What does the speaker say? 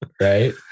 Right